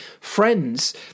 friends